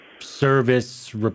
service